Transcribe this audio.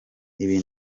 ibi